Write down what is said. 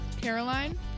Caroline